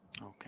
Okay